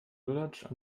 lulatsch